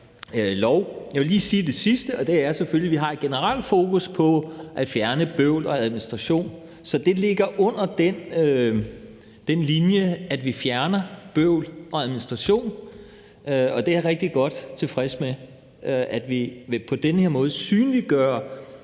Jeg vil lige sige det sidste, og det er, at vi selvfølgelig har et generelt fokus på at fjerne bøvl og administration, så det ligger under den linje, at vi fjerner bøvl og administration. Og jeg er rigtig godt tilfreds med, at vi på den her måde synliggør,